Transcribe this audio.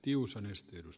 arvoisa puhemies